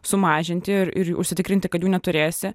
sumažinti ir ir užsitikrinti kad jų neturėsi